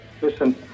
Listen